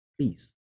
please